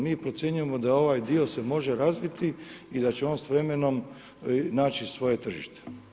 Mi procjenjujemo da ovaj dio se može razviti i da će on s vremenom naći svoje tržište.